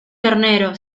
ternero